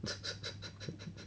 six